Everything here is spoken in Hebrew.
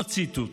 עוד ציטוט: